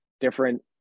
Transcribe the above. different